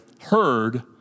heard